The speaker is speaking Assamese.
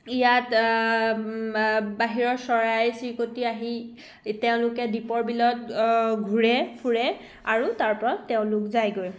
ইয়াত বাহিৰৰ চৰাই চৰিকটি আহি তেওঁলোকে দীপৰ বিলত ঘূৰে ফুৰে আৰু তাৰপৰা তেওঁলোক যায়গৈ